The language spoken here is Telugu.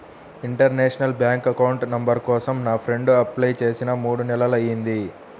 ఇంటర్నేషనల్ బ్యాంక్ అకౌంట్ నంబర్ కోసం నా ఫ్రెండు అప్లై చేసి మూడు నెలలయ్యింది